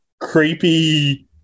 creepy